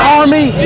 army